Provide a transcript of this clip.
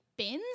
bins